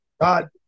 God